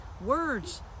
Words